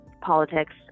politics